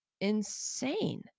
insane